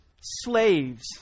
slaves